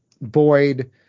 Boyd